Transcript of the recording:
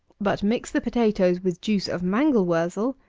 but mix the potatoes with juice of mangel wurzel,